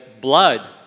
blood